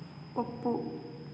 ಒಪ್ಪು